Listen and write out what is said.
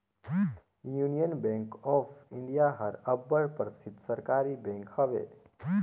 union bank of India हर अब्बड़ परसिद्ध सहकारी बेंक हवे